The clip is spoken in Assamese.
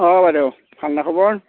অঁ বাইদেউ ভাল নে খবৰ